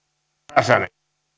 arvoisa herra